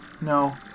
No